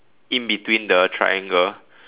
in between the triangle